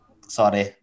Sorry